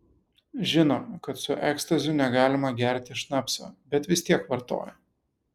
žino kad su ekstaziu negalima gerti šnapso bet vis tiek vartoja